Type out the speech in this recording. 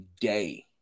day